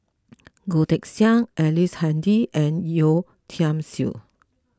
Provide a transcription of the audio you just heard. Goh Teck Sian Ellice Handy and Yeo Tiam Siew